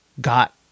got